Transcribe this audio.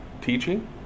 teaching